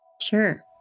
Sure